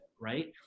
Right